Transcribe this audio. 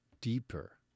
deeper